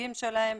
הנציגים שלהם.